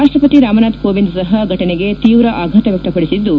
ರಾಷ್ಟಪತಿ ರಾಮನಾಥ್ ಕೋವಿಂದ್ ಸಹ ಫಟನೆಗೆ ತೀವ್ರ ಆಘಾತ ವ್ವಕ್ತಪಡಿಸಿದ್ದು